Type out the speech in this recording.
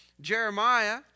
Jeremiah